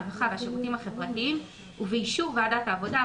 הרווחה והשירותים החברתיים ובאישור ועדת העבודה,